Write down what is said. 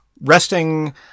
resting